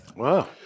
Wow